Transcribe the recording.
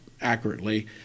accurately